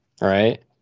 right